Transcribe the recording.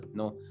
no